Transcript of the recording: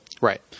Right